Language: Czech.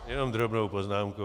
Jenom drobnou poznámku.